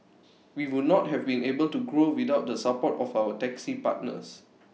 we would not have been able to grow without the support of our taxi partners